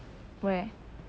where